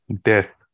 death